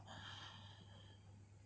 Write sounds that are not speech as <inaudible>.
<breath>